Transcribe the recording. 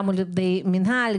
גם עובדי מינהל,